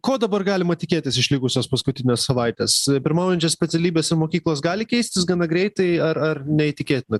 ko dabar galima tikėtis iš likusios paskutinės savaitės pirmaujančias specialybės mokyklos gali keistis gana greitai ar ar neįtikėtina